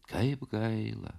kaip gaila